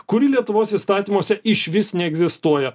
kuri lietuvos įstatymuose išvis neegzistuoja